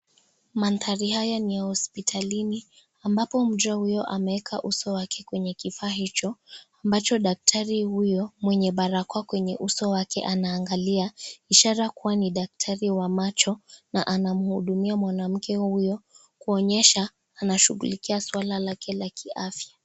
Mandhari haya ni hospitalini, ambapo mja huyo ameweka uso wake kwenye kifaa hicho, ambacho daktari huyo mwenye barakoa kwenye uso wake anaangalia, ishara kuwa ni daktari wa wa macho na anamhudumia mwanamke huyo kuonyesha, anashughulikia suala lake la kiafya.